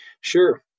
Sure